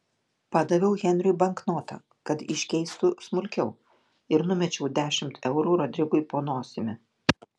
padaviau henriui banknotą kad iškeistų smulkiau ir numečiau dešimt eurų rodrigui po nosimi